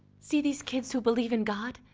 see these kids who believe in god.